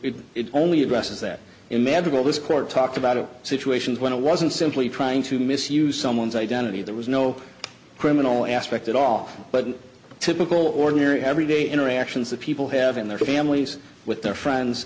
doesn't it only addresses that imagine all this court talk about a situation when it wasn't simply trying to misuse someone's identity there was no criminal aspect at all but in typical ordinary everyday interactions that people have in their families with their friends